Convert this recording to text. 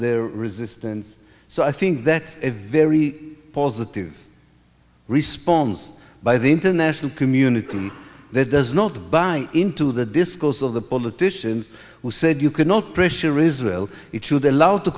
their resistance so i think that's a very positive response by the international community there does not buy into the discourse of the politicians who said you cannot pressure israel it should be allowed to